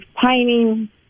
painting